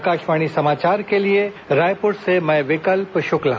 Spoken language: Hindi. आकाशवाणी समाचार के लिए रायपुर से मैं विकल्प शुक्ला